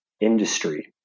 industry